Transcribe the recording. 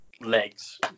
legs